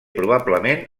probablement